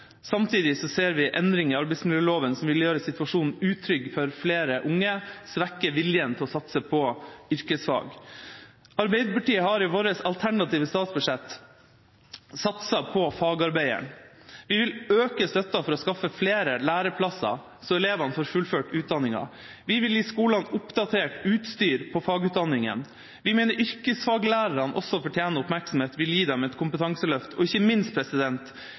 Samtidig ser vi endringer i arbeidsmiljøloven som vil gjøre situasjonen utrygg for flere unge og svekke viljen til å satse på yrkesfag. Arbeiderpartiet har i vårt alternative statsbudsjett satset på fagarbeideren. Vi vil øke støtten for å skaffe flere læreplasser så elevene får fullført utdanninga. Vi vil gi skolene oppdatert utstyr på fagutdanningene. Vi mener yrkesfaglærerne også fortjener oppmerksomhet og vil gi dem et kompetanseløft. Og, ikke minst,